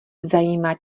zajímá